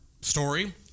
story